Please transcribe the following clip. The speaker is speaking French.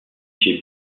chez